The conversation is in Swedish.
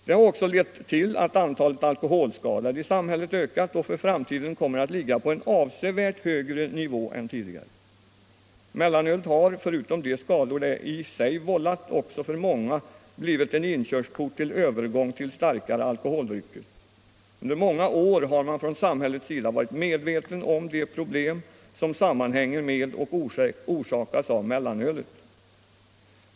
Det har också lett till att antalet alkoholskadade i samhället ökat och för framtiden kommer att ligga på en avsevärt högre nivå än tidigare. Mellanölet har, förutom de skador det i sig vållat, också för många blivit en inkörsport för övergång till starkare alkoholdrycker. Under många år har man från samhällets sida varit medveten om de problem som sammanhänger med och orsakas av mellanölet.